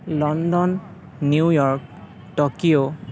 London New York Tokyo